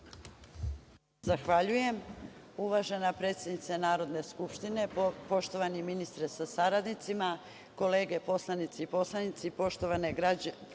Zahvaljujem. Uvažena predsednice Narodne skupštine, poštovani ministre sa saradnicima, kolege poslanici i poslanice, poštovani građani